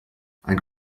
ein